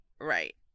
Right